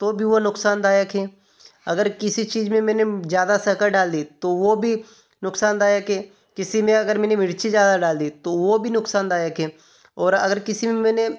तो भी वो नुकसानदायक है अगर किसी चीज़ में मैंने ज़्यादा शक्कर डाल दी तो वो भी नुकसानदायक है किसी में अगर मैंने मिर्ची ज़्यादा डाल दी तो वो भी नुकसानदायक है और अगर किसी में मैंने